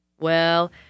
Well